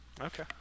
Okay